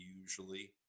usually